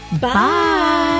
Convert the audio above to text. bye